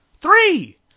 Three